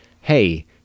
hey